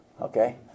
okay